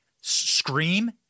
scream